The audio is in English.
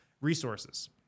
resources